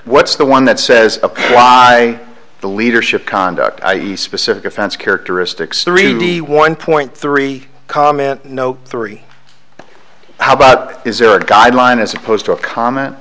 what's the one that says i the leadership conduct i e specific offense characteristics three d one point three comment no three how about is there a guideline as opposed to a comment